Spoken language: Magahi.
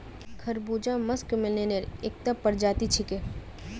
खरबूजा मस्कमेलनेर एकता प्रजाति छिके